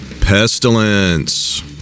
Pestilence